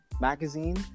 magazine